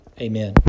Amen